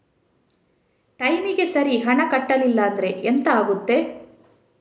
ಟೈಮಿಗೆ ಸರಿ ಹಣ ಕಟ್ಟಲಿಲ್ಲ ಅಂದ್ರೆ ಎಂಥ ಆಗುತ್ತೆ?